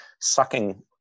sucking